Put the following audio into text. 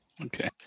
Okay